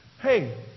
Hey